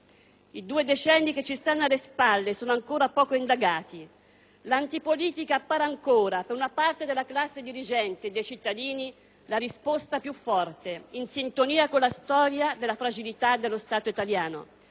I due decenni che ci stanno alle spalle sono ancora poco indagati. L'antipolitica appare ancora, per una parte della classe dirigente e dei cittadini, la risposta più forte, in sintonia con la storia delle fragilità dello Stato italiano.